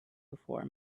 before